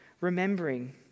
remembering